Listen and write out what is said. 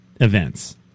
events